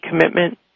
commitment